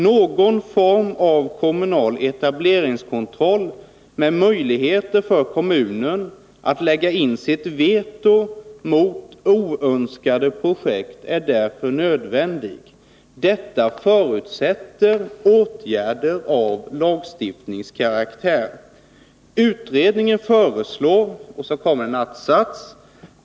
Någon form av kommunal etableringskontroll med möjligheter för kommunen att lägga in sitt veto mot oönskade projekt är därför nödvändig. Detta förutsätter åtgärder av lagstiftningskaraktär.